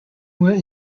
went